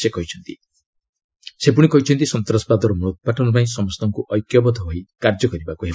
ସେ କହିଛନ୍ତି ସନ୍ତାସବାଦର ମୂଳୋତ୍ପାଟନପାଇଁ ସମସ୍ତଙ୍କୁ ଐକ୍ୟବଦ୍ଧ ହୋଇ କାର୍ଯ୍ୟ କରିବାକୁ ହେବ